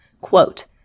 Quote